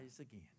again